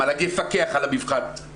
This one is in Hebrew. המל"ג יפקח על המבחן,